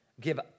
give